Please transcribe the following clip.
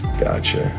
gotcha